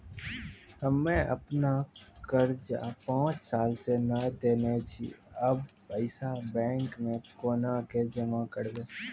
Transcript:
हम्मे आपन कर्जा पांच साल से न देने छी अब पैसा बैंक मे कोना के जमा करबै?